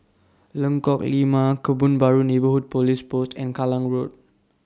Lengkok Lima Kebun Baru Neighbourhood Police Post and Kallang Road